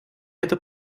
это